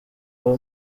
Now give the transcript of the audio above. abo